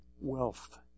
Wealth